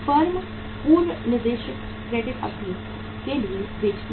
firm पूर्व निर्दिष्ट credit अवधि के लिए बेचती हैं